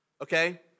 okay